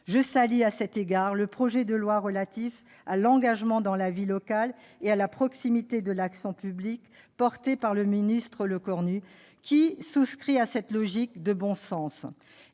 Je salue à cet égard le projet de loi relatif à l'engagement dans la vie locale et à la proximité de l'action publique, défendu par le ministre Sébastien Lecornu, qui partage cette logique de bon sens